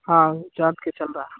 हाँ जाम के चल रहा